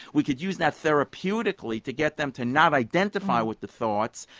we could use that therapeutically to get them to not identify with the thoughts,